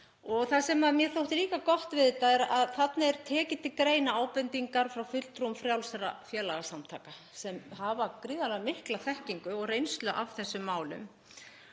Það sem mér þykir líka gott við þetta er að þarna eru teknar til greina ábendingar frá fulltrúum frjálsra félagasamtaka sem hafa gríðarlega mikla þekkingu og reynslu af þessum málum,